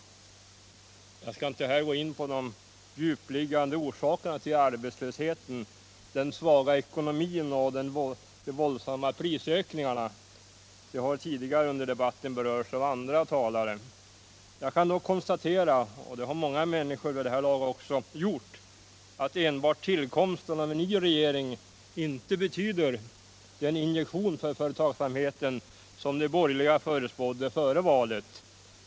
Jag skall inte här gå in på de djupliggande orsakerna till arbetslösheten, den svaga ekonomin och de våldsamma prisökningarna. De har tidigare under debatten berörts av andra talare. Jag kan dock konstatera — och det har många människor vid det här laget också gjort —- att enbart tillkomsten av en ny regering inte betyder den injektion för företagsamheten som de borgerliga förespådde före valet.